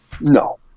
No